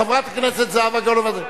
חברת הכנסת זהבה גלאון, אני רוצה